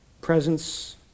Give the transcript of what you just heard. Presence